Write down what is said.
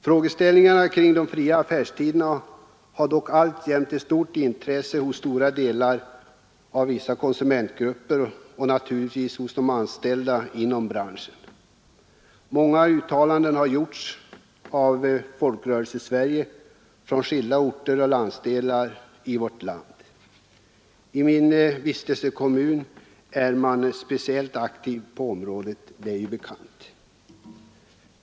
Frågan om de fria affärstiderna är dock alltjämt av stort intresse för vissa konsumentgrupper och naturligtvis för de anställda inom branschen. Många uttalanden har gjorts av folkrörelser i Sverige, från skilda orter och landsdelar. I min vistelsekommun är man speciellt aktiv på området, vilket ju är bekant.